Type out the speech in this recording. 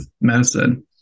medicine